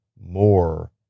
more